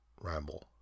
ramble